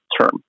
term